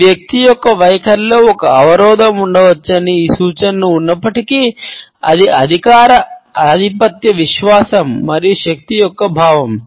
ఈ వ్యక్తి యొక్క వైఖరిలో ఒక అవరోధం ఉండవచ్చని ఈ సూచన ఉన్నప్పటికీ అది అధికారం ఆధిపత్య విశ్వాసం మరియు శక్తి యొక్క భావం